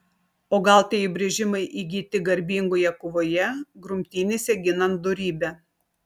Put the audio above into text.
o gal tie įbrėžimai įgyti garbingoje kovoje grumtynėse ginant dorybę